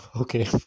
Okay